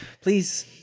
please